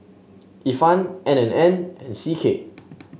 Ifan N and N and C K